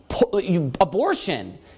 abortion